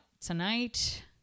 Tonight